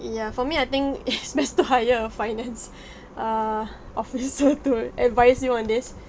ya for me I think it's best to hire a finance err officer to advise you on this